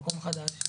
מקום חדש.